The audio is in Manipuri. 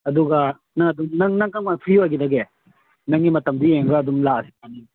ꯑꯗꯨꯒ ꯅꯪ ꯑꯗꯨꯝ ꯅꯪ ꯀꯔꯝ ꯀꯥꯟꯗ ꯐ꯭ꯔꯤ ꯑꯣꯏꯒꯗꯒꯦ ꯅꯪꯒꯤ ꯃꯇꯝꯗꯨ ꯌꯦꯡꯉꯒ ꯑꯗꯨꯝ ꯂꯥꯛꯑꯁꯨ ꯌꯥꯅꯤꯑꯦ